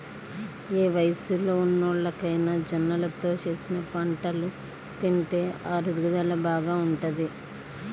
ఏ వయస్సులో ఉన్నోల్లకైనా జొన్నలతో చేసిన వంటలు తింటే అరుగుదల బాగా ఉంటది